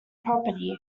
property